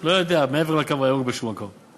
לא יודע, מעבר לקו הירוק באיזה מקום שהוא.